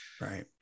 Right